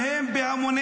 פחדן.